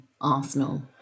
Arsenal